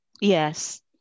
Yes